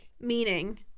Meaning